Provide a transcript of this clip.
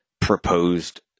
proposed